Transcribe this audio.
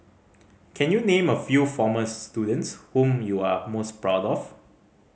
can you name a few former students whom you are most proud of